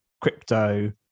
crypto